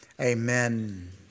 Amen